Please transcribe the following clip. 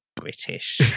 British